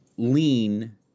lean